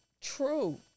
true